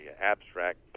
abstract